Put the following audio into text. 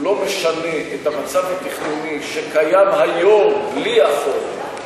הוא לא משנה את המצב התכנוני שקיים היום בלי החוק.